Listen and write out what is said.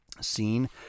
scene